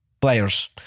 players